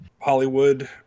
Hollywood